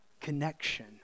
connection